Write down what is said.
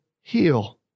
heal